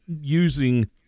using